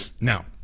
Now